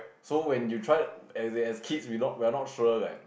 so when you try as kids we're not we're not sure like